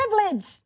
privilege